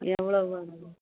எவ்வளவு வருமுங்க